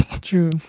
True